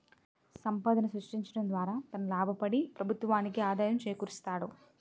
సంపాదన సృష్టించడం ద్వారా తన లాభపడి ప్రభుత్వానికి ఆదాయం చేకూరుస్తాడు